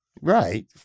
Right